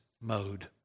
mode